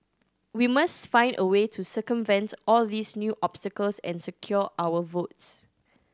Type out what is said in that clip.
we must find a way to circumvent all these new obstacles and secure our votes